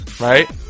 right